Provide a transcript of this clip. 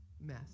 mess